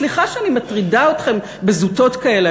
סליחה שאני מטרידה אתכם בזוטות כאלה,